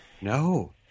No